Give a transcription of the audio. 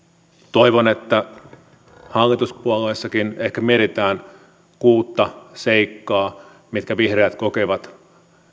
toivon että hallituspuolueissakin ehkä mietitään kuutta seikkaa mitkä vihreät kokevat